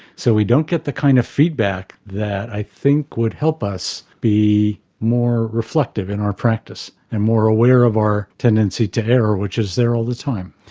so we don't get the kind of feedback that i think would help us be more reflective in our practice and more aware of our tendency to error, which is there all the time.